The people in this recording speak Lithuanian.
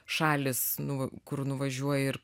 šalys nu kur nuvažiuoji ir